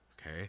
okay